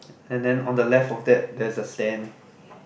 and then on the left of that there's a stand